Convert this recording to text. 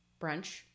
Brunch